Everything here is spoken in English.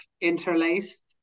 interlaced